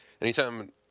Anytime